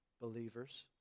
believers